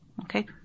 Okay